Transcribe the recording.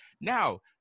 Now